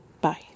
bye